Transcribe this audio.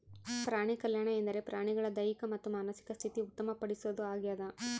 ಪ್ರಾಣಿಕಲ್ಯಾಣ ಎಂದರೆ ಪ್ರಾಣಿಗಳ ದೈಹಿಕ ಮತ್ತು ಮಾನಸಿಕ ಸ್ಥಿತಿ ಉತ್ತಮ ಪಡಿಸೋದು ಆಗ್ಯದ